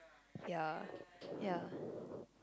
ya ya